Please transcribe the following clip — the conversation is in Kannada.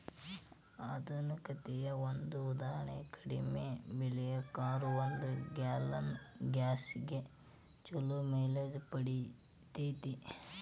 ಆರ್ಥಿಕತೆಯ ಒಂದ ಉದಾಹರಣಿ ಕಡಿಮೆ ಬೆಲೆಯ ಕಾರು ಒಂದು ಗ್ಯಾಲನ್ ಗ್ಯಾಸ್ನ್ಯಾಗ್ ಛಲೋ ಮೈಲೇಜ್ ಪಡಿತೇತಿ